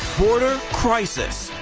border crisis.